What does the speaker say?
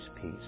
peace